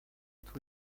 tous